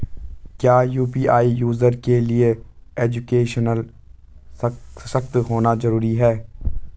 क्या UPI user के लिए एजुकेशनल सशक्त होना जरूरी है?